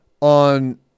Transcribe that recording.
on